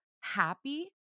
happy